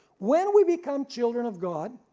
when we become children of god,